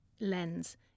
lens